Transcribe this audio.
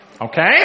Okay